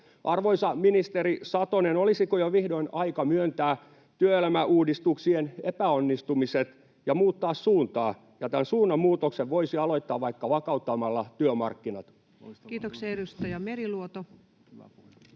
Arvoisa ministeri Satonen, olisiko jo vihdoin aika myöntää työelämäuudistuksien epäonnistumiset ja muuttaa suuntaa? Tämän suunnanmuutoksen voisi aloittaa vaikka vakauttamalla työmarkkinat. [Speech 37] Speaker: Ensimmäinen